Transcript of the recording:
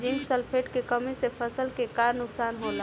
Zinc sulphate के कमी से फसल के का नुकसान होला?